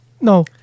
No